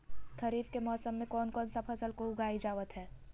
खरीफ के मौसम में कौन कौन सा फसल को उगाई जावत हैं?